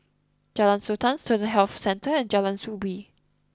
Jalan Sultan Student Health Centre and Jalan Soo Bee